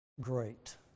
great